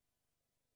שר.